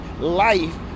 life